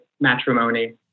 matrimony